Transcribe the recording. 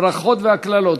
הברכות והקללות,